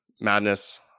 madness